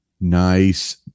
Nice